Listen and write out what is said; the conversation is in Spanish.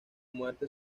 muerte